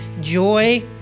joy